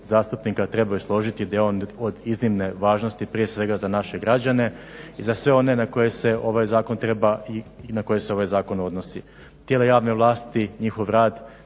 trebaju složiti gdje je on od iznimne važnosti, prije svega za naše građane i za sve one na koje se ovaj zakon treba i na koje se ovaj zakon odnosi. Tijela javne vlasti, njihov rad,